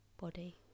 body